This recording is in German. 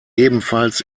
ebenfalls